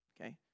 okay